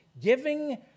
giving